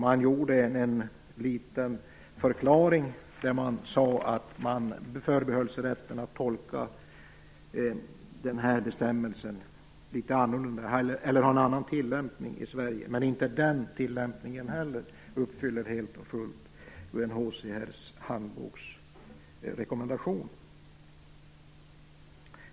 Man gjorde en liten förklaring där man sade att förbehöll sig rätten att ha en litet annan tillämpning av den här bestämmelsen i Sverige, men inte heller den tillämpningen uppfyller helt och fullt UNHCR:s handboksrekommendationer.